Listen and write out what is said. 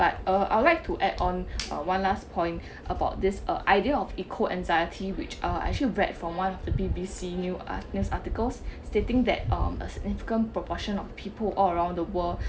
but uh I'd like to add uh one last point about this uh idea of eco anxiety which uh actually bred from one of the B_B_C news news articles stating that um a significant proportion of people all around the world